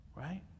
Right